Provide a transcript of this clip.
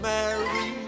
Mary